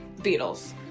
Beatles